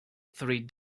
three